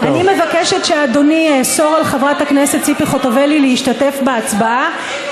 אני מבקשת שאדוני יאסור על חברת הכנסת ציפי חוטובלי להשתתף בהצבעה,